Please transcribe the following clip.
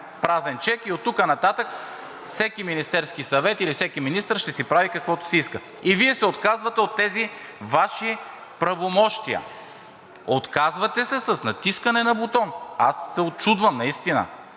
празен чек и оттук нататък всеки Министерски съвет или всеки министър ще си прави каквото си иска, и Вие се отказвате от тези Ваши правомощия, отказвате се с натискане на бутон. Аз се учудвам наистина!